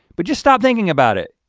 but just stop thinking about it,